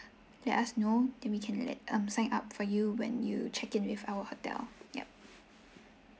let us know then we can let um sign up for you when you check in with our hotel yup